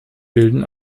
bilden